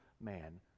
man